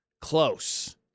Close